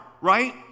right